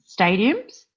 stadiums